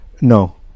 No